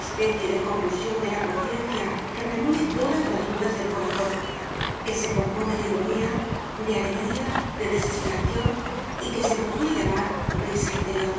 especie de convulsion de la conciencia que remueve todas las dudas del corazon que se compone de ironía de alegría de desesperacion y que se podria llamar risa interior